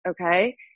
Okay